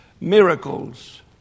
miracles